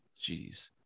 jeez